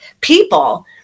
people